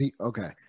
Okay